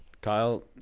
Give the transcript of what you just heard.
Kyle